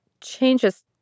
changes